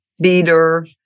beater